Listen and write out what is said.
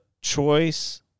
choice